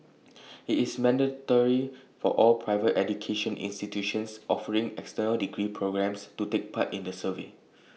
IT is mandatory for all private education institutions offering external degree programmes to take part in the survey